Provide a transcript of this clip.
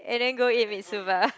and then go eat Mitsuba